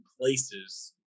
places